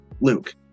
Luke